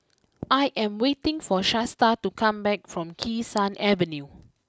I am waiting for Shasta to come back from Kee Sun Avenue